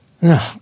No